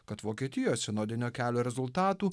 kad vokietijos sinodinio kelio rezultatų